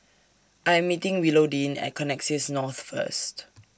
I Am meeting Willodean At Connexis North First